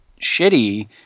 shitty